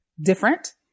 different